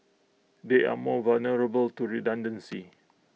they are more vulnerable to redundancy